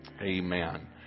Amen